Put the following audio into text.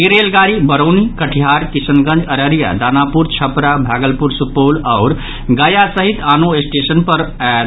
ई रेलगाड़ी बरौनी कटिहार किशनगंज अररिया दानापुर छपरा भागलपुर सुपौल आओर गया सहित आनो स्टेशन पर आयत